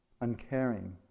uncaring